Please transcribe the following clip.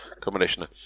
combination